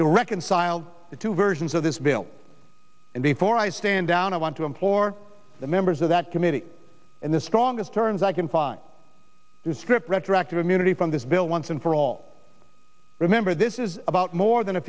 to reconcile the two versions of this bill and therefore i stand down i want to implore the members of that committee in the strongest terms i can find this script retroactive immunity from this bill once and for all remember this is about more than a